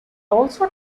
also